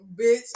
Bitch